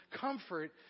comfort